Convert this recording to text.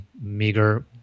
meager